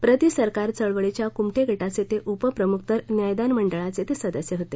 प्रतिसरकार चळवळीच्या कुमठे गटाचे ते ऊपप्रमुख तर न्यायदान मंडळाचे सदस्य होते